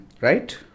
right